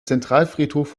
zentralfriedhof